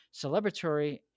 celebratory